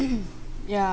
ya